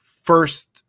first